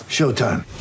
Showtime